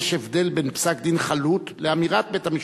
יש הבדל בין פסק-דין חלוט לאמירת בית-המשפט.